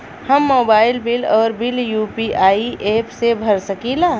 हम mobile bill और bill UPI app से भर सकिला